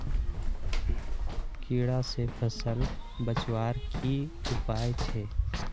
कीड़ा से फसल बचवार की उपाय छे?